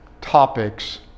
topics